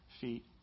feet